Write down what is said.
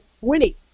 Winnie